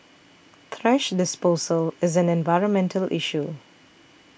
thrash disposal is an environmental issue